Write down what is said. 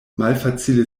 malfacile